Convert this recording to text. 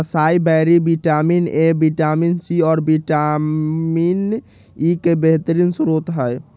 acai berry vitamin A, vitamin C, और vitamin E के बेहतरीन स्त्रोत हई